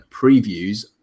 previews